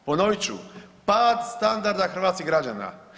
Ponovit ću, pad standarda hrvatskih građana.